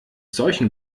solchen